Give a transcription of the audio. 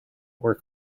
were